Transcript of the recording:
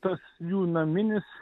tas jų naminis